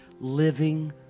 living